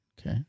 Okay